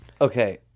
Okay